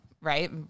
right